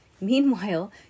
meanwhile